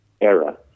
era